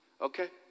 Okay